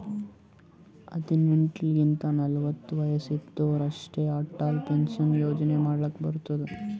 ಹದಿನೆಂಟ್ ಲಿಂತ ನಲ್ವತ ವಯಸ್ಸ್ ಇದ್ದೋರ್ ಅಷ್ಟೇ ಅಟಲ್ ಪೆನ್ಷನ್ ಯೋಜನಾ ಮಾಡ್ಲಕ್ ಬರ್ತುದ್